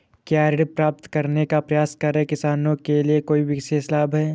क्या ऋण प्राप्त करने का प्रयास कर रहे किसानों के लिए कोई विशेष लाभ हैं?